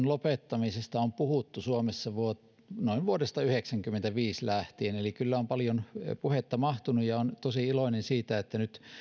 lopettamisesta on puhuttu suomessa noin vuodesta yhdeksänkymmentäviisi lähtien eli kyllä on paljon puhetta mahtunut ja olen tosi iloinen siitä että nyt